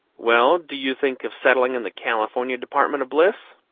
well, do you think of settling in the california department of bliss?